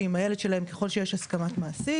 עם הילד שלהם ככל שיש אישור מהמעסיק,